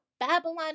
Babylon